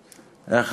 מההחלטה.